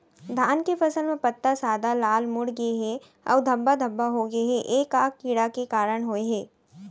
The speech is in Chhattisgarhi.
धान के फसल म पत्ता सादा, लाल, मुड़ गे हे अऊ धब्बा धब्बा होगे हे, ए का कीड़ा के कारण होय हे?